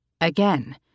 Again